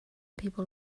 people